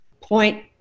point